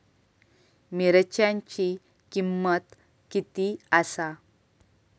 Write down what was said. मिरच्यांची किंमत किती आसा?